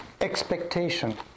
expectation